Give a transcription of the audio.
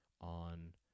on